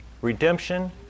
redemption